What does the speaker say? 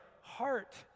heart